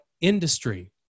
industry